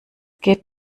geht